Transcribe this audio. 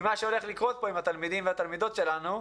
ממה שהולך לקרות פה אם התלמידים והתלמידות שלנו.